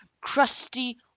crusty